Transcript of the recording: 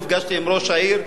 נפגשתי עם ראש העיר,